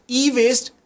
e-waste